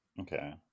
okay